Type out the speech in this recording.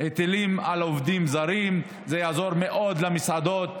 היטלים על עובדים זרים, זה יעזור מאוד למסעדות.